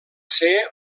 ser